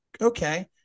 Okay